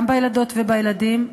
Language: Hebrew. גם בילדות ובילדים,